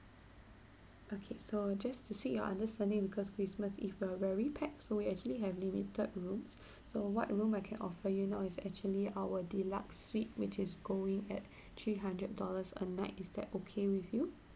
okay so just to seek your understanding because christmas eve we are very packed so we actually have limited rooms so what room I can offer you now is actually our deluxe suite which is going at three hundred dollars a night is that okay with you